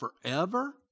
forever